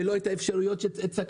לא אתה אפשרויות שיש,